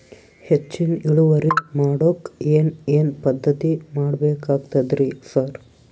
ಹೆಚ್ಚಿನ್ ಇಳುವರಿ ಮಾಡೋಕ್ ಏನ್ ಏನ್ ಪದ್ಧತಿ ಮಾಡಬೇಕಾಗ್ತದ್ರಿ ಸರ್?